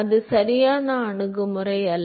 அது சரியான அணுகுமுறை அல்ல